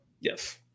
Yes